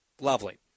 Lovely